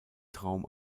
traum